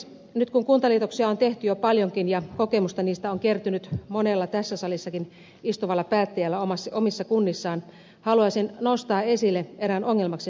nyt kun kuntaliitoksia on tehty jo paljonkin ja kokemusta niistä on kertynyt monelle tässä salissakin istuvalle päättäjälle omissa kunnissaan haluaisin nostaa esille erään ongelmaksi nousseen asian